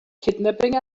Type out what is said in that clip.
kidnapping